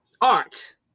art